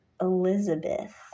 Elizabeth